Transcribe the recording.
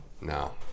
No